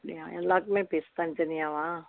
அப்படியா எல்லாருக்குமே ஃபீஸ் தனித்தனியாகவா